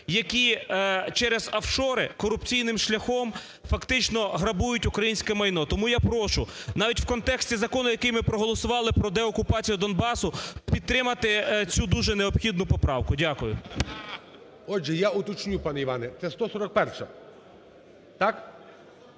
які через офшори корупційним шляхом фактично грабують українське майно. Тому я прошу, навіть в контексті закону, який ми проголосували продеокупацію Донбасу, підтримати цю дуже необхідну поправку. Дякую. ГОЛОВУЮЧИЙ. Отже, я уточню, пане Іване, це 141-а? Так?